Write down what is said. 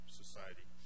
society